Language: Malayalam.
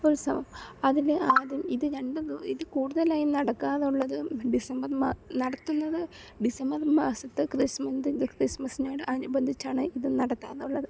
ഉത്സവം അതിന് അത് ഇത് രണ്ടും കു ഇത് കൂടുതലായും നടക്കാറുള്ളത് ഡിസംബർമ നടത്തുന്നത് ഡിസംബർ മാസത്തെ ക്രിസ്മന്തെന്തൊ ക്രിസ്മസ്സിനോട് അനുബന്ധിച്ചാണ് ഇത് നടത്താറുള്ളത്